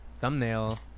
Thumbnail